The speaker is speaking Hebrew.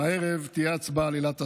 הערב תהיה הצבעה על עילת הסבירות.